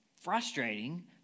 frustrating